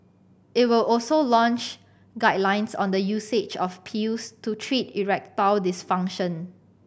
it will also launch guidelines on the usage of pills to treat erectile dysfunction